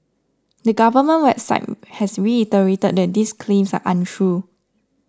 the government website has reiterated that these claims are untrue